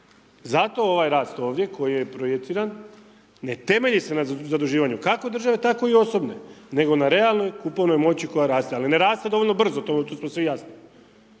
Zato ovaj rast ovdje koji je projiciran ne temelji se na zaduživanju, kako države, tako i osobne, nego na realnoj kupovnoj moći koja raste. Ali ne raste dovoljno brzo, tu smo svi jasni.